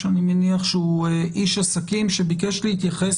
שאני מניח שהוא איש עסקים שביקש להתייחס